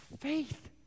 faith